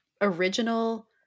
original